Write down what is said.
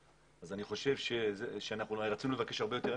ואני חושב שרצינו לבקש הרבה יותר.